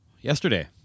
Yesterday